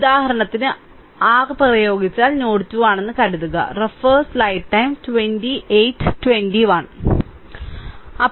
ഉദാഹരണത്തിന് r പ്രയോഗിച്ചാൽ ഇത് നോഡ് 2 ആണെന്ന് കരുതുക ഇത് r നോഡ് 2 ആണെന്ന് കരുതുക